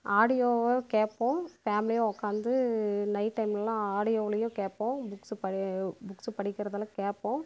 ஆடியோவை கேட்போம் ஃபேம்லியாக உட்காந்து நைட் டைம்லெலாம் ஆடியோவுலேயும் கேட்போம் புக்ஸு படி புக்ஸு படிக்கிறதெல்லாம் கேட்போம்